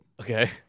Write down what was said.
Okay